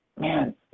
man